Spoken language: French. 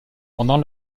pendant